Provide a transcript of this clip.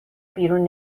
بیرون